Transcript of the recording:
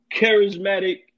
charismatic